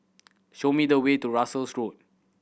show me the way to Russels Road